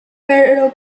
pero